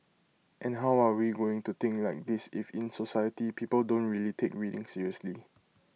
and how are we going to think like this if in society people don't really take reading seriously